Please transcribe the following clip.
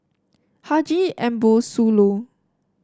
Haji Ambo Sooloh